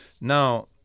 Now